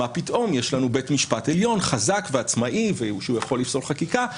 יש לנו בית משפט עליון חזק ועצמאי שיכול לפסול חקיקה.